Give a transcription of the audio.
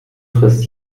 frisst